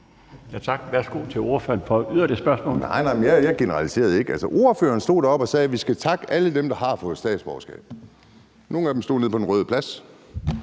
Edberg Andersen (NB): Nej, jeg generaliserede ikke. Ordføreren stod deroppe og sagde, at vi skal takke alle dem, der har fået statsborgerskab. Nogle af dem stod nede på Den Røde Plads